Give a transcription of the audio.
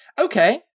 Okay